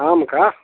आम का